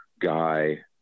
guy